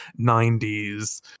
90s